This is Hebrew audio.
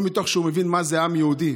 לא מתוך זה שהוא מבין מה זה עם יהודי,